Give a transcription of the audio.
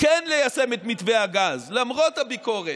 כן ליישם את מתווה הגז, למרות הביקורת,